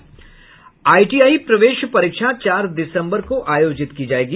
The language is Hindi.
आईटीआई प्रवेश परीक्षा चार दिसम्बर को आयोजित की जायेगी